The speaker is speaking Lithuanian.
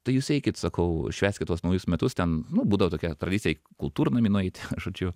tai jūs eikit sakau švęskit tuos naujus metus ten nu būdavo tokia tradicija kultūrnamį nueiti žodžiu